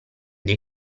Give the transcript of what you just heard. dei